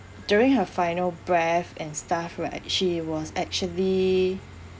during her final breath and stuff right she was actually